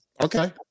Okay